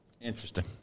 Interesting